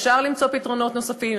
אפשר למצוא פתרונות נוספים,